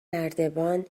نردبان